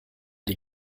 die